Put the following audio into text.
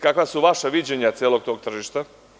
Kakva su vaša viđenja tog celog tržišta?